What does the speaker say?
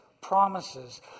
promises